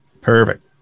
Perfect